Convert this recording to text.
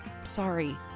Sorry